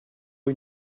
eux